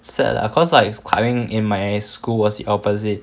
sad lah cause like climbing in my school was the opposite